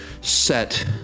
set